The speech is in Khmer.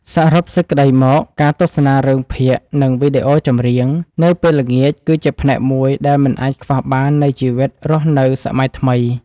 សរុបសេចក្តីមកការទស្សនារឿងភាគនិងវីដេអូចម្រៀងនៅពេលល្ងាចគឺជាផ្នែកមួយដែលមិនអាចខ្វះបាននៃជីវិតរស់នៅសម័យថ្មី។